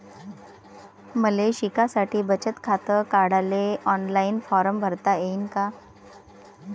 मले शिकासाठी बचत खात काढाले ऑनलाईन फारम भरता येईन का?